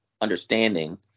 understanding